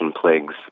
plagues